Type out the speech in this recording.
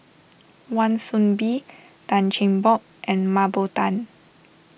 Wan Soon Bee Tan Cheng Bock and Mah Bow Tan